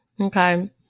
Okay